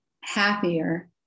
happier